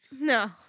No